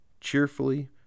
cheerfully